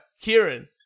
Kieran